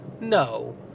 No